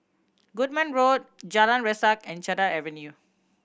Goodman Road Jalan Resak and Cedar Avenue